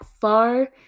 far